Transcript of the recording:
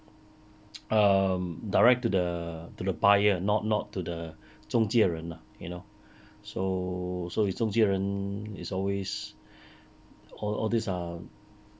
um direct to the to the buyer not not to the 中介人 lah you know so so if 中介人 is always all all these are